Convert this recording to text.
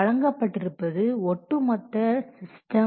வழங்கப்பட்டிருப்பது ஒட்டு மொத்த சிஸ்டம்